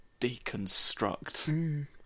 deconstruct